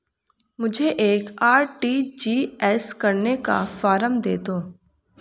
मुझे एक आर.टी.जी.एस करने का फारम दे दो?